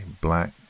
black